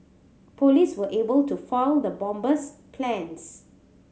police were able to foil the bomber's plans